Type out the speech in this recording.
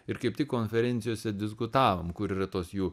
ir kaip tik konferencijose diskutavom kur yra tos jų